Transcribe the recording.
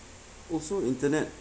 also internet